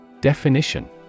Definition